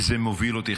וזה מוביל אותי,